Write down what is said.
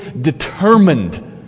determined